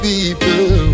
people